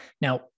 Now